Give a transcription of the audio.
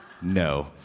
No